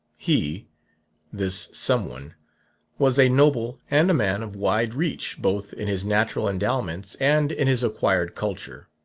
he this someone' was a noble and a man of wide reach both in his natural endowments and in his acquired culture.